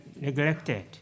neglected